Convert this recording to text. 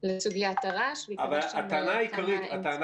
לסוגיית הרעש והיא קבעה שם כמה אמצעים.